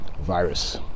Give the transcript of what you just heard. virus